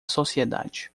sociedade